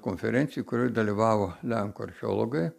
konferencijoj kurioj dalyvavo lenkų archeologai